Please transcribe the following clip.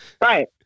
Right